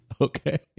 Okay